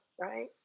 right